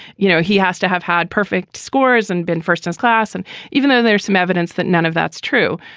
you know, he has to have had perfect scores and been first in class. and even though there's some evidence that none of that's true,